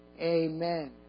Amen